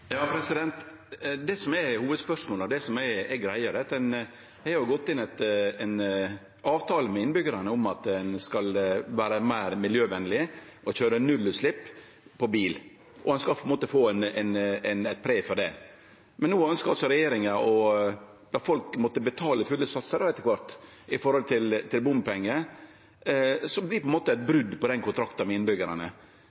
Det som er hovudspørsmålet, det som er greia, er at ein har inngått ein avtale med innbyggjarane om å vere meir miljøvenleg og køyre nullutsleppsbil, og ein skal få eit pre for det. Men no ønskjer altså regjeringa at folk skal betale fulle bompengesatsar etter kvart, og det vert på ein måte eit brot på kontrakten med innbyggjarane. Ser ikkje samferdselsministeren at dette lett vert oppfatta av innbyggjarane som eit